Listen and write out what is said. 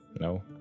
No